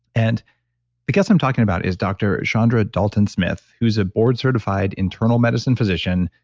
and because i'm talking about is dr. saundra dalton-smith, who's a board certified internal medicine physician,